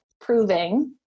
proving